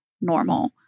normal